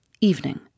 Evening